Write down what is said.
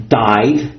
died